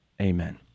Amen